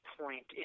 point